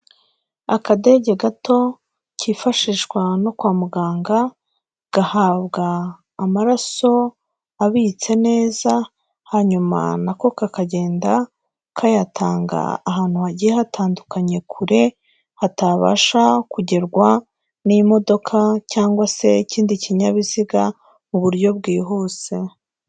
Akadege gato kifashishwa no kwa muganga, gahabwa amaraso abitse neza hanyuma na ko kakagenda kayatanga ahantu hagiye hatandukanye kure, hatabasha kugerwa n'imodoka cyangwa se ikindi kinyabiziga mu buryo bwihuse.